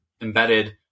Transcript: embedded